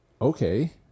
okay